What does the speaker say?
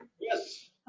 yes